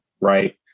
right